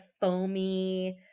foamy